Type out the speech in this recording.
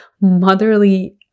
motherly